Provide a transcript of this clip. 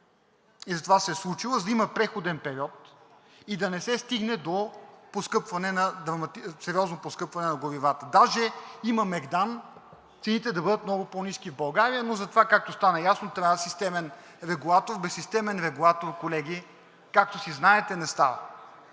и затова се е случила, за да има преходен период и да не се стигне до сериозно поскъпване на горивата. Даже има мегдан цените в България да бъдат много по-ниски, но затова, както стана ясно, трябва системен регулатор. Без системен регулатор, колеги, както си знаете – не става.